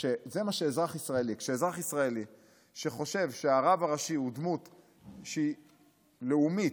כשאזרח ישראלי שחושב שהרב הראשי הוא דמות לאומית,